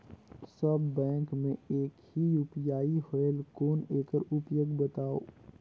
सब bank मे एक ही यू.पी.आई होएल कौन एकर उपयोग बताव?